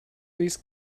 least